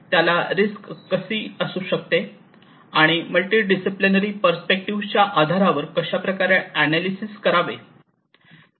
त्याला रिस्क कशी असू शकते आणि आणि मल्टी दिससिप्लिनरी पर्स्पेक्टिव्हच्या आधारावर कशाप्रकारे अनालिसेस करावे